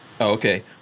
Okay